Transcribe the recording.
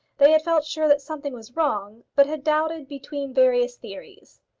they had felt sure that something was wrong, but had doubted between various theories.